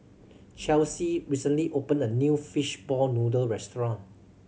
Chelsi recently opened a new fishball noodle restaurant